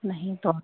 नहीं तो हाँ